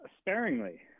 Sparingly